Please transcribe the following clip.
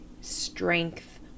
strength